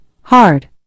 Hard